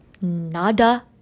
nada